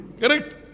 Correct